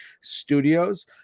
Studios